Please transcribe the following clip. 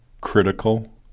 critical